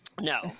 no